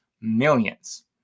millions